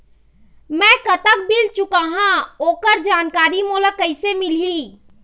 मैं कतक बिल चुकाहां ओकर जानकारी मोला कइसे मिलही?